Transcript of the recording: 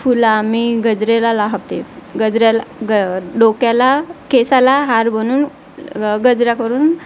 फुलं आम्ही गजऱ्याला लावते गजऱ्याला ग डोक्याला केसाला हार बनवून गजरा करून